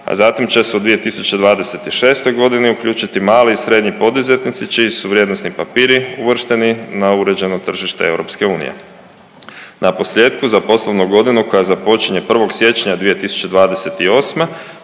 a zatim će se u 2026. g. uključiti mali i srednji poduzetnici čiji su vrijednosni papiri uvršteni na uređeno tržište EU. Naposljetku, za poslovnu godinu koja započinje 1. siječnja 2028.